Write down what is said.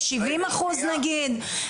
70% נגיד.